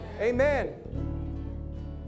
Amen